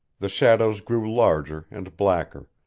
the shadows grew larger and blacker,